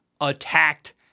attacked